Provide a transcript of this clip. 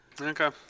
Okay